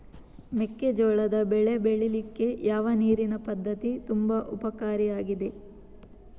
ಮೆಕ್ಕೆಜೋಳದ ಬೆಳೆ ಬೆಳೀಲಿಕ್ಕೆ ಯಾವ ನೀರಿನ ಪದ್ಧತಿ ತುಂಬಾ ಉಪಕಾರಿ ಆಗಿದೆ?